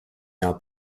now